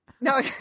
No